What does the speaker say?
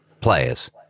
players